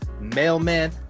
mailman